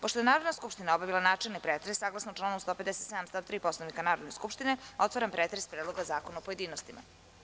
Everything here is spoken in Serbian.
Pošto je Narodna skupština obavila načelni pretres, saglasno članu 157. stav 3. Poslovnika Narodne skupštine, otvaram pretres Predloga zakona u pojedinostima.